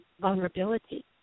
vulnerability